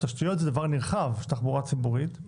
תשתיות זה דבר נרחב, של תחבורה ציבורית,